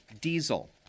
diesel